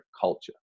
culture